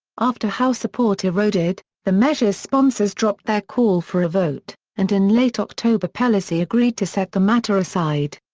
after house support eroded, the measure's sponsors dropped their call for a vote, and in late october pelosi agreed to set the matter aside.